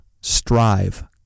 Strive